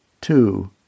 Two